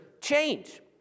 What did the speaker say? change